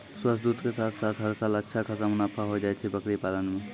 स्वस्थ दूध के साथॅ साथॅ हर साल अच्छा खासा मुनाफा होय जाय छै बकरी पालन मॅ